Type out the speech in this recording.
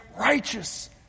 righteous